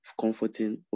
comforting